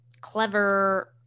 clever